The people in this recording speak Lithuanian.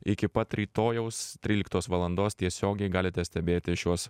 iki pat rytojaus tryliktos valandos tiesiogiai galite stebėti šiuos